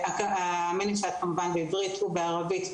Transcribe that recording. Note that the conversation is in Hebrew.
המיניסייט הוא כמובן בעברית ובערבית.